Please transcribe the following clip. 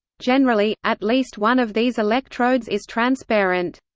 generally, at least one of these electrodes is transparent.